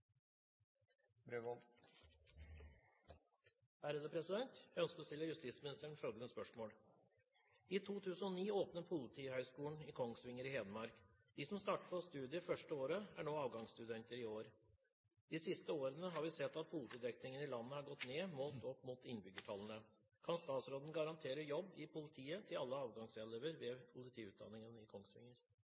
på studiet første året, er nå avgangsstudenter i år. De siste årene har vi sett at politidekningen i landet er gått ned målt opp mot innbyggertallene. Kan statsråden garantere jobb i politiet til alle avgangselevene ved politiutdanningen i Kongsvinger?»